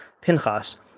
Pinchas